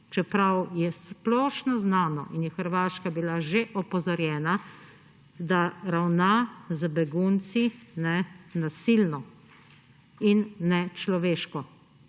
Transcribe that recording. čeprav je splošno znano in je Hrvaška bila že opozorjena, da ravna z begunci nasilno in nečloveško.